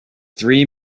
three